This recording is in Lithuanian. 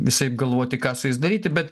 visaip galvoti ką su jais daryti bet